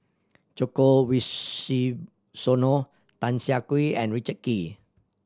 Djoko Wibisono Tan Siah Kwee and Richard Kee